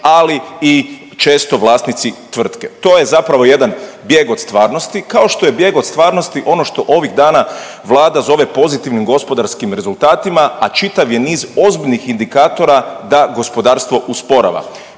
ali i često vlasnici tvrtke. To je zapravo jedan bijeg od stvarnosti, kao što je bijeg od stvarnosti ono što ovih dana Vlada zove pozitivnim gospodarskim rezultatima, a čitav je niz ozbiljnih indikatora da gospodarstvo usporava.